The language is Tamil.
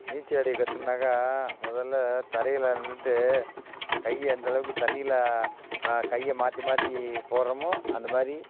நீச்சல் அடிக்க கத்துக்குனாக்க முதல்ல தரையில் நின்றுட்டு கையை எந்தளவுக்கு தண்ணியில் கையை மாற்றி மாற்றி போடுகிறமோ அந்த மாதிரி